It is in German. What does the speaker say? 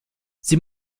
sie